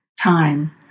time